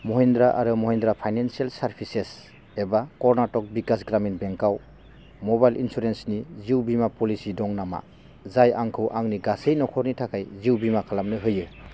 महिन्द्रा आरो Mahindra financial services एबा Karnataka Vikas Grameen bank आव मबाइल इन्सुरेन्सनि जिउ बीमा प'लिसि दं नामा जाय आंखौ आंनि गासै न'खरनि थाखाय जिउ बीमा खालामनो होयो